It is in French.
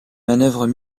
manœuvres